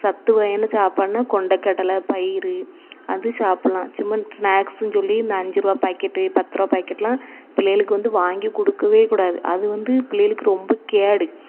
சத்து வகையான சாப்பாடுனா கொண்டக்கடலை பயறு அது சாப்பிட்லாம் சும்மா ஸ்நாக்ஸுன்னு சொல்லி இந்த அஞ்சுருபா பாக்கெட்டு பத்துருவா பாக்கெட்டுலாம் புள்ளைகளுக்கு வந்து வாங்கி கொடுக்கவே கூடாது அது வந்து புள்ளைகளுக்கு ரொம்ப கேடு